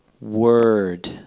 word